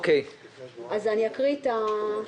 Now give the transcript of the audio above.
אקריא את ההחלטה?